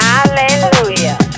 Hallelujah